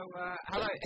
hello